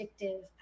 addictive